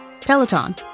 Peloton